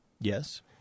Yes